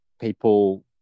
people